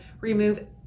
remove